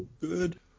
Good